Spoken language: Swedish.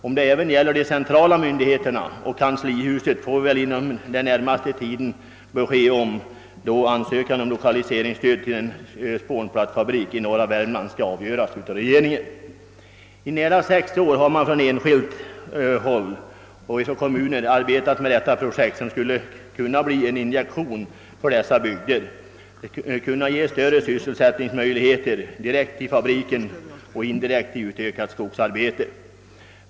Om det även gäller de centrala myndigheterna och kanslihuset får vi väl besked om inom den närmaste tiden, då ansökan om lokaliseringsstöd till en spånplattfabrik i norra Värmland skall avgöras av regeringen. I nära sex år har man från enskilt håll och inom kommuner arbetat med detta projekt, som skulle kunna bli en injektion för dessa bygder genom att ge ökade sysselsättningsmöjligheter dels direkt i fabriken, dels indirekt i ökat skogsarbete.